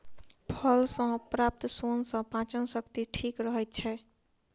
फल सॅ प्राप्त सोन सॅ पाचन शक्ति ठीक रहैत छै